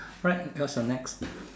right what's your next